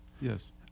Yes